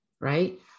right